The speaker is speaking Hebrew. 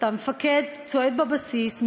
את המפקד צועד בבסיס,